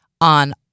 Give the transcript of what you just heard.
on